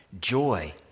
Joy